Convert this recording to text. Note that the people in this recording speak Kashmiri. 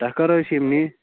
تۄہہِ کَر ٲسِو یِم نِنۍ